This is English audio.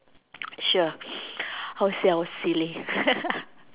sure I'll say I was silly